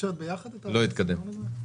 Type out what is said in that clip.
הצבעה לא התקבל לא התקבל.